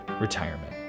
retirement